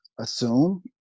assume